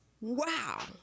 Wow